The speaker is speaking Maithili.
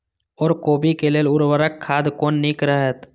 ओर कोबी के लेल उर्वरक खाद कोन नीक रहैत?